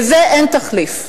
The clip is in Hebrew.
לזה אין תחליף.